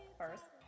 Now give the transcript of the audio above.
first